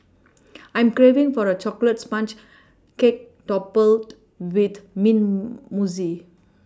I am craving for a chocolate sponge cake topped with mint mousse